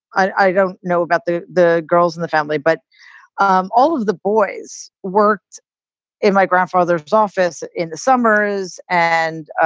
i don't know about the the girls in the family, but um all of the boys worked in my grandfather's office in the summers and,